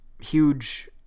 huge